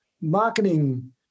Marketing